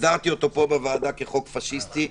הגדרתי אותו פה בוועדה כחוק פשיסטי,